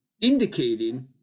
indicating